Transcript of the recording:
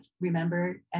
remember